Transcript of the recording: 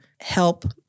help